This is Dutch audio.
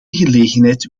gelegenheid